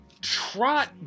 trot